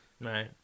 Right